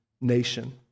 nation